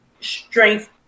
strength